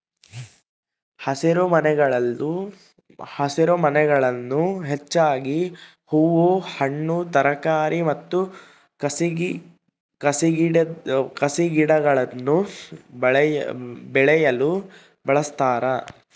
ಹಸಿರುಮನೆಗಳನ್ನು ಹೆಚ್ಚಾಗಿ ಹೂ ಹಣ್ಣು ತರಕಾರಿ ಮತ್ತು ಕಸಿಗಿಡಗುಳ್ನ ಬೆಳೆಯಲು ಬಳಸ್ತಾರ